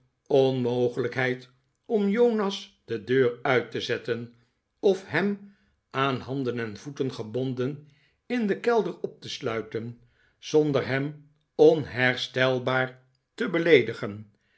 onmogelijkheid om jonas de deur uit te zetten of hem aan handen en voeten gebonden in den kelder op te sluiten zonder hem onherstelbaar te maarten chuzzlewit beleedigen